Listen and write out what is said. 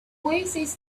oasis